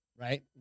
right